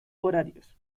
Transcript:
horarios